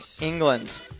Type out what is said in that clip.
England